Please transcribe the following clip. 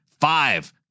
Five